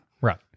Right